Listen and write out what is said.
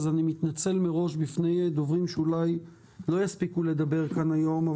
אז אני מתנצל מראש בפני דוברים שאולי לא יספיקו לדבר כאן היום,